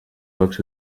box